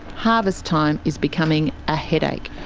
harvest time is becoming a headache.